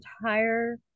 entire